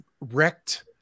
wrecked